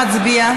נגד.